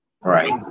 right